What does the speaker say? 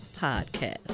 podcast